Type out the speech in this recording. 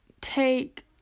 take